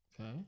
Okay